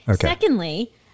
Secondly